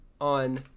on